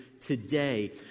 today